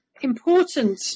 important